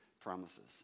promises